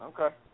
Okay